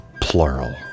plural